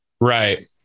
right